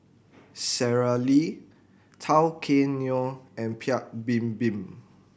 Sara Lee Tao Kae Noi and Paik Bibim